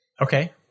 Okay